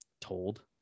told